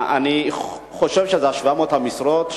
אני חושב ש-700 המשרות,